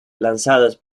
lanzadas